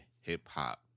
hip-hop